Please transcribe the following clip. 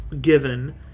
given